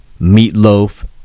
Meatloaf